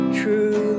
true